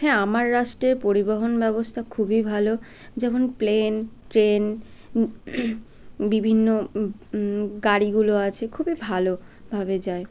হ্যাঁ আমার রাষ্ট্রে পরিবহন ব্যবস্থা খুবই ভালো যেমন প্লেন ট্রেন বিভিন্ন গাড়িগুলো আছে খুবই ভালোভাবে যায়